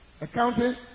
accounting